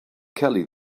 kelly